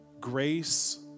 grace